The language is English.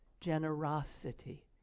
generosity